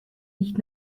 nicht